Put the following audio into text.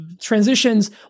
transitions